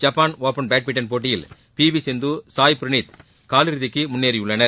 Japan open badminton போட்டியில் P V Sindhu Sai Praneeth காலிறுதிக்கு முன்னேறியுள்ளனர்